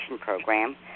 program